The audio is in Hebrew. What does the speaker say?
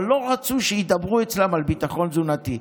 אבל לא רצו שידברו אצלן על ביטחון תזונתי.